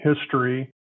history